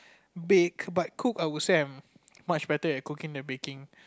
bake but cook I would say I much better at cooking than baking